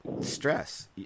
stress